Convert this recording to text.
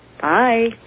Bye